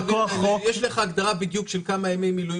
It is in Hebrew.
יש לך הגדרה בדיוק של כמה ימי מילואים